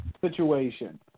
situation